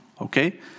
Okay